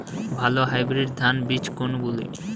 ভালো হাইব্রিড ধান বীজ কোনগুলি?